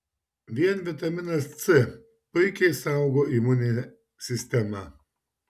vien vitaminas c puikiai saugo imuninę sistemą